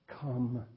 Come